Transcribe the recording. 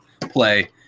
play